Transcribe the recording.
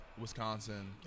Wisconsin